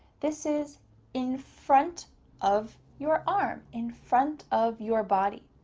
this is in front of your arm, in front of your body.